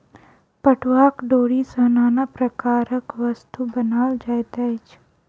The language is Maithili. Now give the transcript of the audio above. पटुआक डोरी सॅ नाना प्रकारक वस्तु बनाओल जाइत अछि